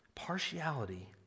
Partiality